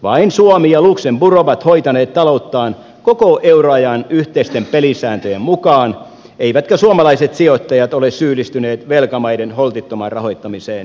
vain suomi ja luxemburg ovat hoitaneet talouttaan koko euroajan yhteisten pelisääntöjen mukaan eivätkä suomalaiset sijoittajat ole syyllistyneet velkamaiden holtittomaan rahoittamiseen